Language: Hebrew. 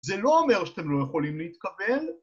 זה לא אומר שאתם לא יכולים להתקבל